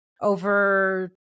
over